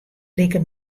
liket